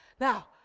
now